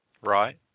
Right